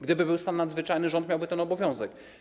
Gdyby był stan nadzwyczajny, rząd miałby ten obowiązek.